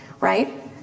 right